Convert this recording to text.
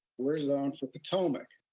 we're zoned for potomac.